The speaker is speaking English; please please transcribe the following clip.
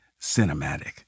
cinematic